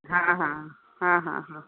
हा हा हा हा हा